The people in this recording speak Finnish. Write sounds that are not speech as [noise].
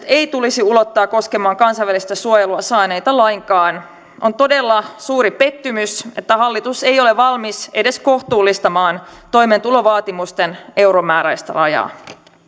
[unintelligible] ei tulisi ulottaa koskemaan kansainvälistä suojelua saaneita lainkaan on todella suuri pettymys että hallitus ei ole valmis edes kohtuullistamaan toimeentulovaatimusten euromääräistä rajaa